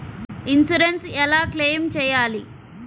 Insurance ఎలా claim చేయాలి?